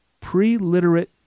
pre-literate